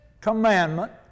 commandment